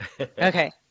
okay